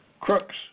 crooks